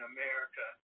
America